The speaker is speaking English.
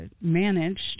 managed